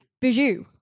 Bijou